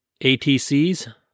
ATCs